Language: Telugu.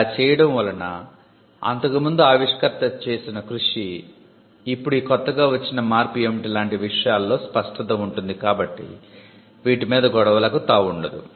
ఇలా చేయడం వలన అంతకు ముందు ఆవిష్కర్త చేసిన కృషి ఇప్పుడు ఈ కొత్తగా వచ్చిన మార్పు ఏమిటి లాంటి విషయాలలో స్పష్టత ఉంటుంది కాబట్టి వీటి మీద గొడవలకు తావుండదు